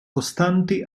costanti